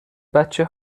بچه